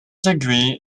degree